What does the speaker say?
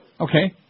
Okay